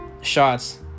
shots